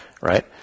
right